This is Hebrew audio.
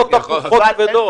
ההשלכות ההפוכות כבדות.